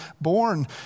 born